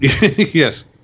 Yes